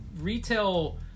Retail